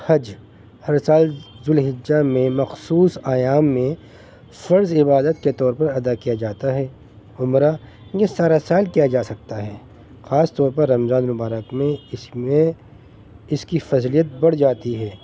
حج ہر سال ذوالحجہ میں مخصوص ایام میں فرض عبادت کے طور پر ادا کیا جاتا ہے عمرہ یہ سارا سال کیا جا سکتا ہے خاص طور پر رمضان مبارک میں اس میں اس کی فضلیت بڑھ جاتی ہے